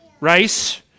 Rice